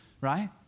right